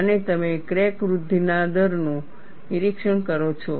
અને તમે ક્રેક વૃદ્ધિના દરનું નિરીક્ષણ કરો છો